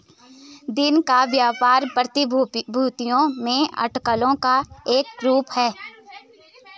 दिन का व्यापार प्रतिभूतियों में अटकलों का एक रूप है